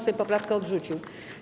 Sejm poprawkę odrzucił.